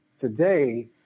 today